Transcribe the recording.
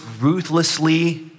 ruthlessly